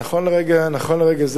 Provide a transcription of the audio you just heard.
נכון לרגע זה